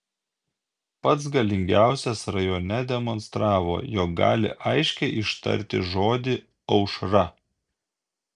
pats galingiausias rajone demonstravo jog gali aiškiai ištarti žodį aušra